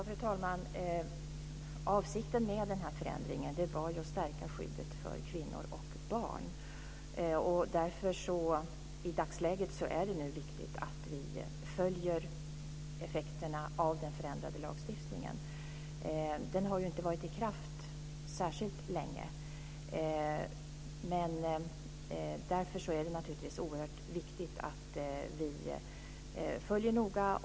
Fru talman! Avsikten med denna förändring var att stärka skyddet för kvinnor och barn. I dagsläget är det därför viktigt att vi följer effekterna av den förändrade lagstiftningen. Den har ju inte varit i kraft särskilt länge. Därför är det naturligtvis oerhört viktigt att vi noga följer detta.